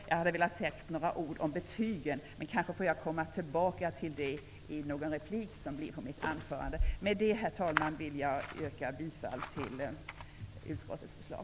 Jag hade velat säga några ord om betygen, men jag kan kanske återkomma till dessa i någon av mina repliker. Herr talman! Med det anförda vill jag yrka bifall till utskottets förslag.